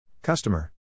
Customer